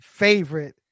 favorite